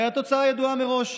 הרי התוצאה ידועה מראש: